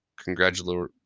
congratulatory